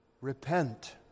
repent